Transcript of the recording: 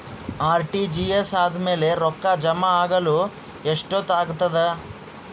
RTGS ಆದ್ಮೇಲೆ ರೊಕ್ಕ ಜಮಾ ಆಗಲು ಎಷ್ಟೊತ್ ಆಗತದ?